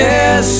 Yes